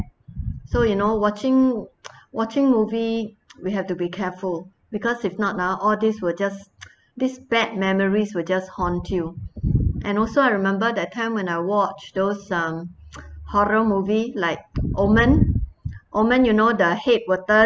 so you know watching watching movie we have to be careful because if not ah all these were just this bad memories will just haunt you and also I remember that time when I watch those um horror movie like omen omen you know the head will turn